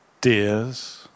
dears